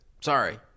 Sorry